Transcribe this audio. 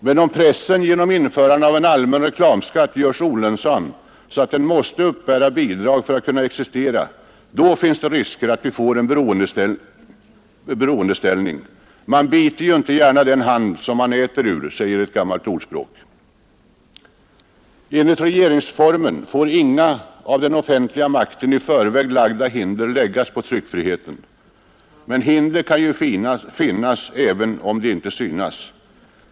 Men om pressen genom införande av en allmän reklamskatt görs olönsam, så att den måste uppbära bidrag för att kunna existera, då finns det risker för att vi får en beroendeställning. Man biter inte den hand som man äter ur, säger ett gammalt ordspråk. Enligt regeringsformen får inga av den offentliga makten i förväg lagda hinder finnas för tryckfriheten. Men hinder kan finnas även om de inte syns.